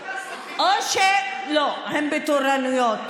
לא, הם בתורנויות.